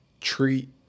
Treat